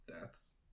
deaths